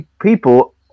people